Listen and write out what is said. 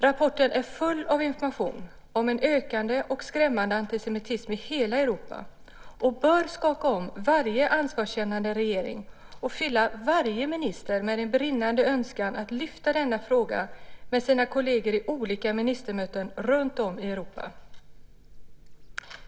Rapporten är full av information om en ökande och skrämmande antisemitism i hela Europa och bör skaka om varje ansvarskännande regering och fylla varje minister med en brinnande önskan att lyfta fram denna fråga med sina kolleger i olika ministermöten runt om i Europa.